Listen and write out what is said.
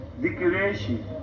declaration